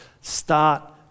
start